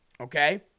okay